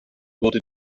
wurde